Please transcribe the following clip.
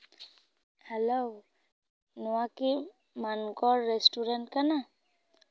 hello ᱱᱚᱣᱟ ᱠᱤ ᱢᱟᱱᱠᱚᱨ ᱨᱮᱥᱴᱩᱨᱮᱱᱴ ᱠᱟᱱᱟ